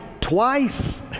twice